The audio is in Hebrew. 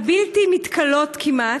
הבלתי-מתכלות כמעט,